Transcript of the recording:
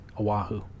oahu